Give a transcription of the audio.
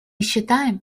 считаем